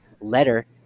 letter